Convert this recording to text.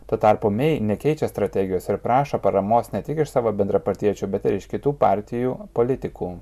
tuo tarpu mei nekeičia strategijos ir prašo paramos ne tik iš savo bendrapartiečių bet ir iš kitų partijų politikų